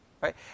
right